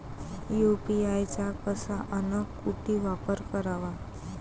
UPI चा कसा अन कुटी वापर कराचा?